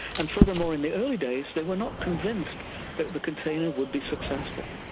and furthermore, in the early days they were not convinced that the container would be successful.